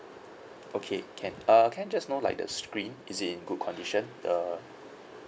okay can err can I just know like the screen is it in good condition the